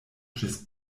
ĝis